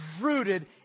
rooted